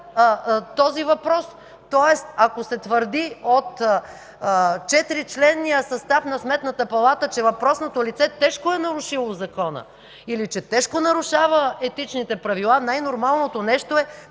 този въпрос. Тоест, ако се твърди от четиричленния състав на Сметната палата, че въпросното лице тежко е нарушило закона, или че тежко нарушава етичните правила, най-нормалното нещо е